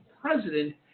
president